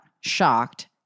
shocked